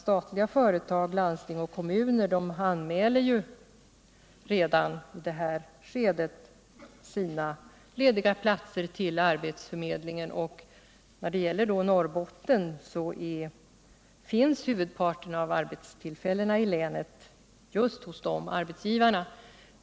Statliga företag samt landsting och kommuner anmäler redan i det här skedet sina lediga platser till arbetsförmedlingarna. I Norrbotten finns huvudparten av arbetstillfällena i länet just hos de arbetsgivarna.